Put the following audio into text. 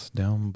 down